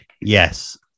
yes